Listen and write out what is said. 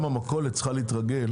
גם המכולת צריכה להתרגל